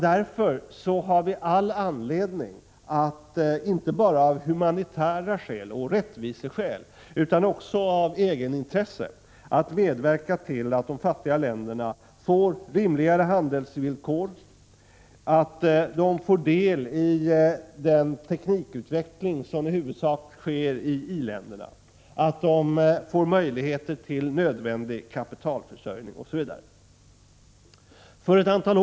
Därför har vi all anledning, inte bara av humanitära skäl och rättviseskäl utan också av egenintresse, att medverka till att de fattiga länderna får rimligare handelsvillkor, får del av den teknikutveckling som i huvudsak sker i i-länderna, får möjligheter till nödvändig kapitalförsörjning, osv. Fru talman!